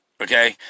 okay